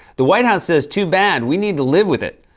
the white house says, too bad, we need to live with it.